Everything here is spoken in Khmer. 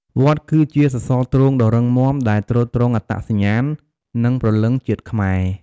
វត្តគឺជា សសរទ្រូងដ៏រឹងមាំ ដែលទ្រទ្រង់អត្តសញ្ញាណ និងព្រលឹងជាតិខ្មែរ។